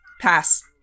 Pass